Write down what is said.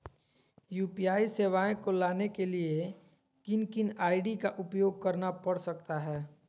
UPI सेवाएं को लाने के लिए किन किन आई.डी का उपयोग करना पड़ सकता है?